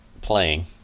playing